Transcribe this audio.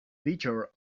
bitter